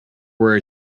were